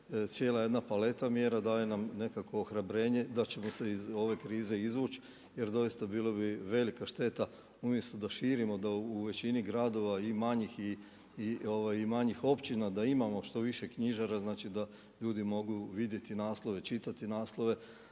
cijela jedna paleta mjera daje nam nekakvo ohrabrenje da ćemo se iz ove krize izvuć jer doista bila bi velika šteta umjesto da širimo, da u većini gradova i manjih i manjih općina da imamo što više knjižara da ljudi mogu vidjeti naslove, čitati naslove